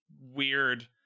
weird